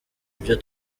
ibyo